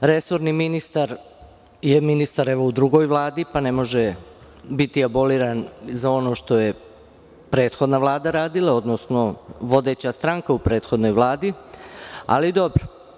Resorni ministar je ministar, evo, u drugoj vladi, pa ne može biti aboliran za ono što je prethodna vlada radila, odnosno vodeća stranka u prethodnoj vladi, ali dobro.